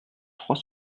trois